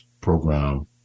program